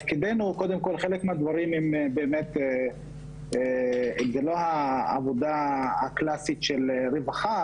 חלק מן הדברים זה לא העבודה הקלאסית של הרווחה,